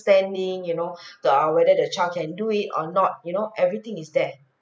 you know the err whether the child can do it or not you know everything is there